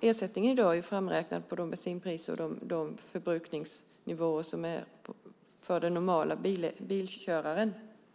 Ersättningen är framräknad på de bensinpriser och de förbrukningsnivåer som den normale bilföraren har.